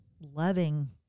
loving